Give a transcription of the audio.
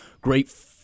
great